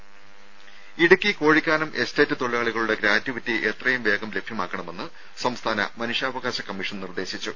ദേദ Idukki Kozhikkanam estate gratuity ഗ്രാറ്റുവിറ്റി എത്രയും വേഗം ലഭ്യമാക്കണമെന്ന് സംസ്ഥാന മനുഷ്യാവകാശ കമ്മീഷൻ നിർദ്ദേശിച്ചു